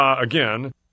again